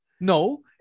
no